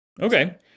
Okay